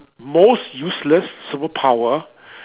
most useless superpower